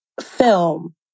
film